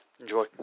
Enjoy